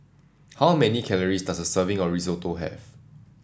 how many calories does a serving of Risotto have